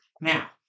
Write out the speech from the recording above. Now